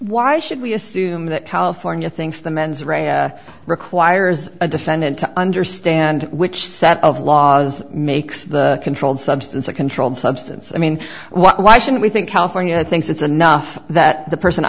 why should we assume that california thinks the mens rea requires a defendant to understand which set of laws makes the controlled substance a controlled substance i mean why should we think california thinks it's enough that the person